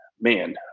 Man